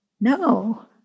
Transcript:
No